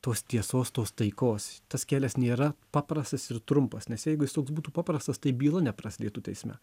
tos tiesos tos taikos tas kelias nėra paprastas ir trumpas nes jeigu jis toks būtų paprastas tai byla neprasidėtų teisme